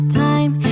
time